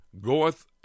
Goeth